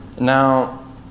Now